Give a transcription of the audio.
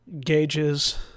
Gauges